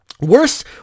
Worst